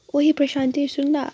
ओइ प्रशान्ति सुन न